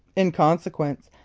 in consequence,